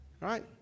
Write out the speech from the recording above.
Right